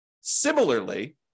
Similarly